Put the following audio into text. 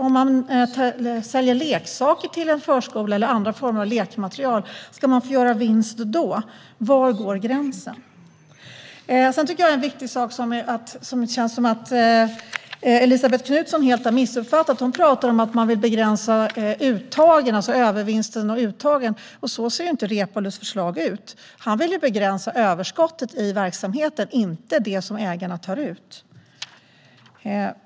Om man säljer leksaker till en förskola eller andra former av lekmaterial, ska man då få göra vinst? Var går gränsen? Det finns en viktig sak som Elisabet Knutsson helt har missuppfattat. Hon pratar om att man vill begränsa övervinsten och uttagen. Så ser inte Reepalus förslag ut. Han vill begränsa överskottet i verksamheten, inte det som ägarna tar ut.